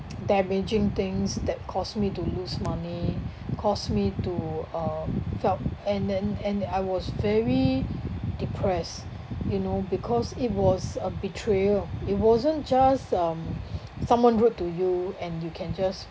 damaging things that caused me to lose money caused me to uh felt and then and I was very depressed you know because it was a betrayal it wasn't just um someone rude to you and you can just